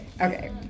Okay